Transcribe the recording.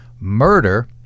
Murder